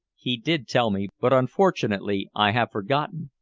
he did tell me, but unfortunately i have forgotten.